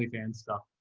fan stuff.